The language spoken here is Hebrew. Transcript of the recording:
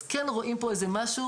אז כן רואים פה איזה משהו.